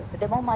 demo